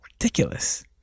ridiculous